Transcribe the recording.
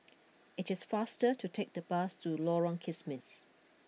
it is faster to take the bus to Lorong Kismis